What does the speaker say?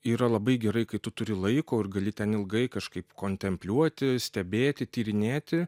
yra labai gerai kai tu turi laiko ir gali ten ilgai kažkaip kontempliuoti stebėti tyrinėti